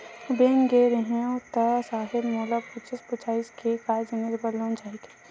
Bank गे रेहे हंव ता साहेब मोला पूछिस पुछाइस के काय जिनिस बर लोन चाही कहिके?